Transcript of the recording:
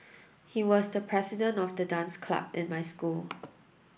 he was the president of the dance club in my school